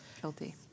guilty